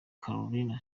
carolina